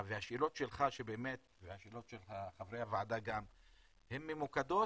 והשאלות שלך ושל חברי הוועדה גם הן ממוקדות,